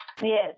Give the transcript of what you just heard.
Yes